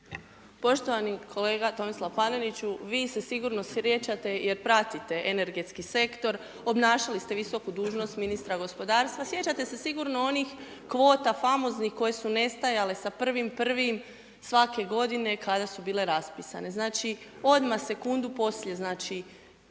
Poštovani kolega Tomislav Paneniću. Vi se sigurno sjećate, jer pratite energetski sektor, obnašali ste visoku dužnost ministra gospodarstva, sjećate se sigurno onih kvota famoznih koje su nestajale sa 01.01. svake godine, kada su bile raspisane. Znači, odmah sekundu poslije znači,